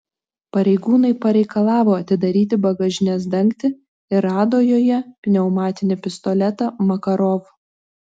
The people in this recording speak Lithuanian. pareigūnai pareikalavo atidaryti bagažinės dangtį ir rado joje pneumatinį pistoletą makarov